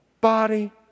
body